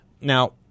Now